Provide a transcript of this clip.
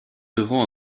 devant